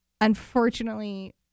unfortunately